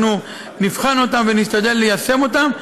אנחנו נבחן אותן ונשתדל ליישם אותן,